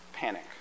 panic